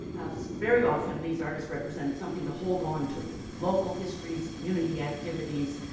very often these artists represented something to hold on to. local histories, community activities,